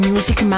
Music